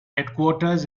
headquarters